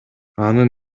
анын